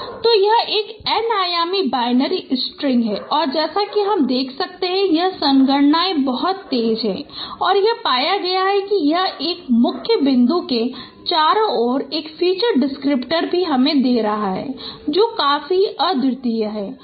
fnd p 1≤i≤nd2i 1τp xi yi तो यह एक n आयामी बाइनरी स्ट्रिंग है और जैसा कि हम देख सकते हैं कि यह संगणना बहुत तेज है और यह पाया गया है कि यह मुख्य बिंदु के चारों ओर एक फीचर डिस्क्रिप्टर भी दे रहा है जो काफी अद्वितीय है